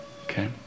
Okay